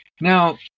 Now